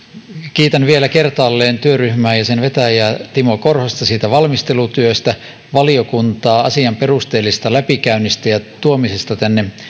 kiitän vielä kertaalleen työryhmää ja sen vetäjää timo korhosta valmistelutyöstä sekä valiokuntaa asian perusteellisesta läpikäynnistä ja tuomisesta tänne